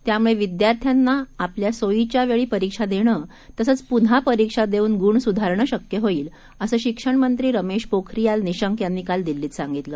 त्यामुळेविद्यार्थ्यानाआपल्यासोयीच्यावेळीपरीक्षादेणंतसंचपुन्हापरीक्षादेऊनगुणसुधारणंशक्यहोईल असंशिक्षणमंत्रीरमेशपोखरीयालनिशंकयांनीकालदिल्लीतसांगितलं